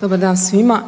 Dobar dan svima.